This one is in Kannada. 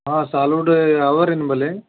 ಹಾಂ ಸಾಲುಡ್ ಅವ ರೀ ನಿಂಬಲ್ಲಿ